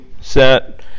set